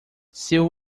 seu